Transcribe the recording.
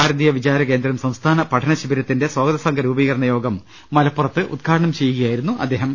ഭാരതീയ വിചാരകേന്ദ്രം സംസ്ഥാന പഠന ശിബിരത്തിന്റെ സ്വാഗതസംഘ രൂപീകരണയോഗം മലപ്പുറത്ത് ഉദ്ഘാടനം ചെയ്യുകയായിരുന്നു അദ്ദേഹം